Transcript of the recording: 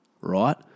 Right